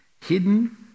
hidden